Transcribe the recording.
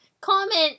Comment